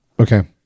okay